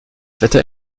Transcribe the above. wetter